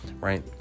Right